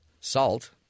salt